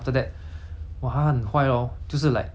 不是说不孝子 I think 是不孝子吗